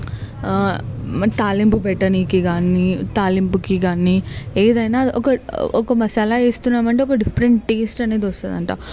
తాలింపు పెట్టనీకి కానీ తాలింపుకి గానీ ఏదైనా ఒక ఒక మసాలా వేస్తున్నాము అంటే ఒక డిఫరెంట్ టేస్ట్ అనేది వస్తుందంట